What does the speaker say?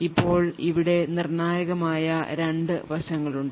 ഇപ്പോൾ ഇവിടെ നിർണായകമായ രണ്ട് വശങ്ങളുണ്ട്